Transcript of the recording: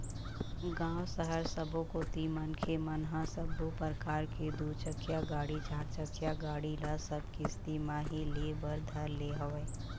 गाँव, सहर सबो कोती मनखे मन ह सब्बो परकार के दू चकिया गाड़ी, चारचकिया गाड़ी ल सब किस्ती म ही ले बर धर ले हवय